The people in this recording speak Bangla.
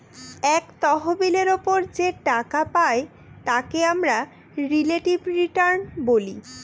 এক তহবিলের ওপর যে টাকা পাই তাকে আমরা রিলেটিভ রিটার্ন বলে